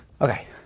Okay